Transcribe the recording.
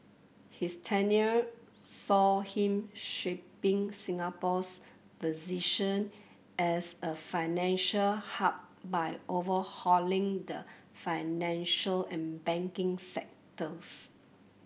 his tenure saw him shaping Singapore's position as a financial hub by overhauling the financial and banking sectors